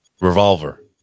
Revolver